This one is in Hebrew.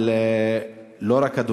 אבל לא רק זה,